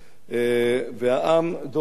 והעם דורך עליו.